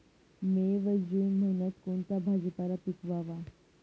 मे व जून महिन्यात कोणता भाजीपाला पिकवावा?